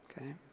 Okay